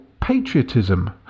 patriotism